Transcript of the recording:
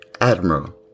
Admiral